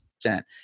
percent